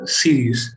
series